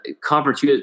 Conference